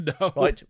No